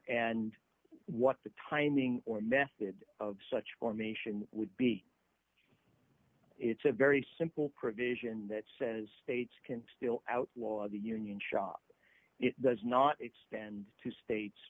and what the timing or method of such formation would be it's a very simple provision that says states can still outlaw the union shop it does not extend to states